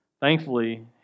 Thankfully